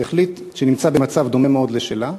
שנמצא במצב דומה מאוד למצב שלה,